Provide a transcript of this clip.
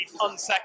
unsexy